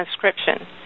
transcription